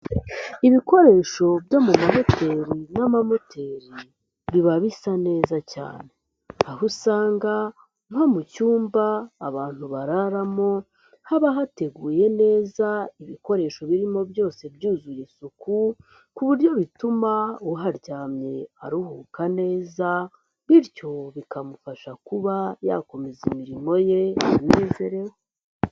Ibikoresho byo mu mahoteli n'amamoteli biba bisa neza cyane. Aho usanga nko mu cyumba abantu bararamo haba hateguye neza, ibikoresho birimo byose byuzuye isuku ku buryo bituma uharyamye aruhuka neza, bityo bikamufasha kuba yakomeza imirimo ye ...